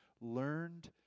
learned